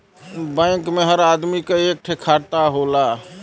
bank मे हर आदमी क एक ठे खाता होला